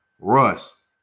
Russ